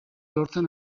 lortzen